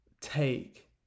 take